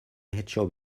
hecho